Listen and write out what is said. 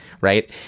Right